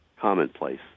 commonplace